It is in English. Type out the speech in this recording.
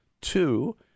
two